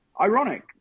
ironic